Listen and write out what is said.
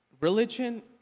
Religion